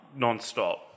nonstop